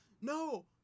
no